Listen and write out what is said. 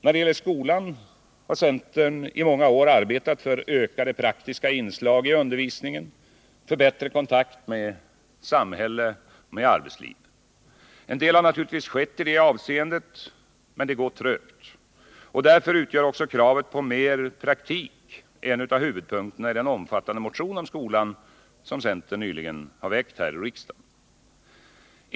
När det gäller skolan har centern i många år arbetat för ökade praktiska inslag i undervisningen och för bättre kontakt med samhälle och arbetsliv. En del har naturligtvis skett i det avseendet, men det går trögt. Därför utgör också kravet på mer praktik en av huvudpunkterna i den omfattande motion om skolan som centern nyligen har väckt här i riksdagen.